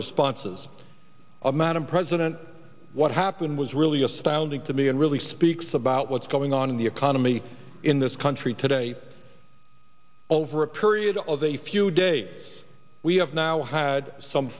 responses i'm out of and what happened was really astounding to me and really speaks about what's going on in the economy in this country today over a period of a few days we have now had some